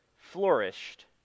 flourished